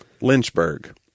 lynchburg